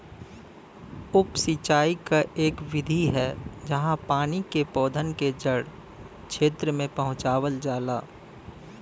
उप सिंचाई क इक विधि है जहाँ पानी के पौधन के जड़ क्षेत्र में पहुंचावल जाला